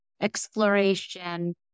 exploration